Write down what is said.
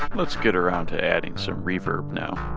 let's get around to adding some reverb now